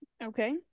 Okay